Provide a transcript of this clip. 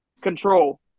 control